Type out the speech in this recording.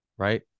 Right